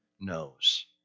knows